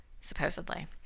supposedly